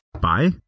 Bye